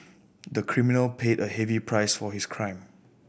the criminal paid a heavy price for his crime